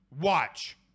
Watch